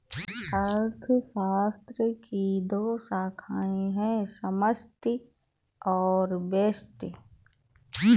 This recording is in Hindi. अर्थशास्त्र की दो शाखाए है समष्टि और व्यष्टि